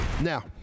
Now